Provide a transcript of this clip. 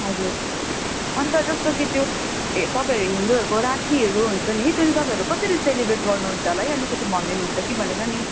हजुर अनि त जस्तो कि त्यो तपाईँ हिन्दूहरूको राखीहरू हुन्छ नि त्यो चाहिँ तपाईँहरू कसरी सेलिब्रेट गर्नुहुन्छ होला है त्यो चाहिँ अलिकति भनिदिनुहुन्छ कि भनेर नि